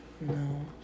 No